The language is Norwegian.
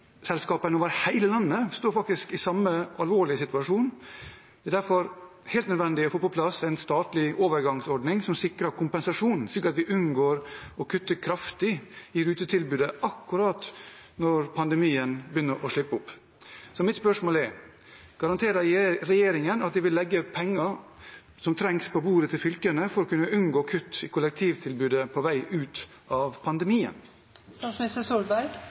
over hele landet står faktisk i samme alvorlige situasjon. Det er derfor helt nødvendig å få på plass en statlig overgangsordning som sikrer kompensasjon, slik at vi unngår å kutte kraftig i rutetilbudet akkurat når pandemien begynner å slippe opp. Så mitt spørsmål er: Garanterer regjeringen at de vil legge pengene som trengs, på bordet til fylkene for å kunne unngå kutt i kollektivtilbudet på vei ut av